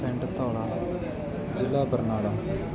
ਪਿੰਡ ਧੌਲਾ ਜ਼ਿਲ੍ਹਾ ਬਰਨਾਲਾ